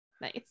Nice